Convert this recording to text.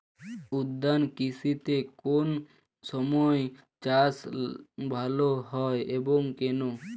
উদ্যান কৃষিতে কোন সময় চাষ ভালো হয় এবং কেনো?